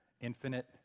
infinite